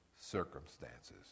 circumstances